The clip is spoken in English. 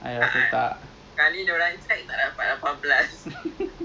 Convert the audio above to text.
I rasa tak